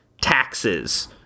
taxes